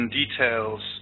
details